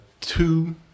two